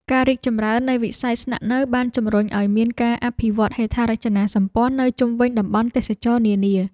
ការរីកចម្រើននៃវិស័យស្នាក់នៅបានជំរុញឱ្យមានការអភិវឌ្ឍហេដ្ឋារចនាសម្ព័ន្ធនៅជុំវិញតំបន់ទេសចរណ៍នានា។